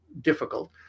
difficult